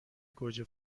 گوجه